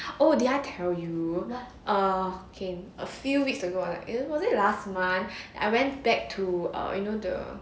oh did I tell you err K a few weeks ago or was it last month I went back to err you know the